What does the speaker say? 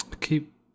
Keep